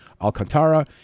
Alcantara